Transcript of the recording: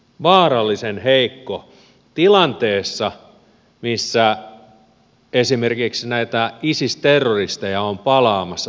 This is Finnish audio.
vaarallisen heikko tilanteessa missä esimerkiksi isis terroristeja on palaamassa suomen maaperälle